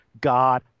God